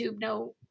no